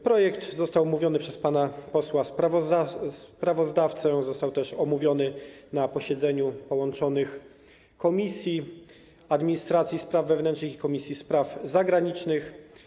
Projekt został omówiony przez pana posła sprawozdawcę, został też omówiony na posiedzeniu połączonych Komisji: Administracji i Spraw Wewnętrznych oraz Spraw Zagranicznych.